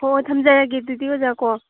ꯍꯣ ꯍꯣ ꯊꯝꯖꯔꯒꯦ ꯑꯗꯨꯗꯤ ꯑꯣꯖꯥ ꯀꯣ